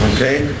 Okay